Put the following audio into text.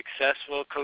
successful